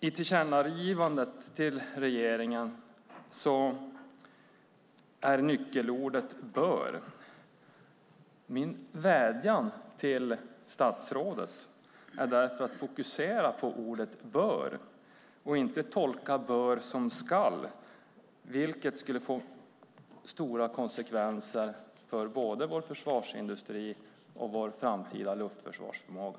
I tillkännagivandet till regeringen är nyckelordet "bör". Min vädjan till statsrådet är därför att fokusera på ordet "bör" och inte tolka "bör" som "ska", vilket skulle få stora konsekvenser för både vår försvarsindustri och vår framtida luftförsvarsförmåga.